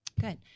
Good